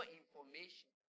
information